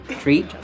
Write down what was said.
treat